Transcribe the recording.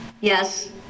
Yes